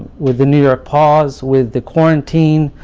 with the new york pause, with the quarantine,